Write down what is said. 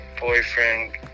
boyfriend